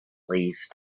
least